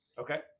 Okay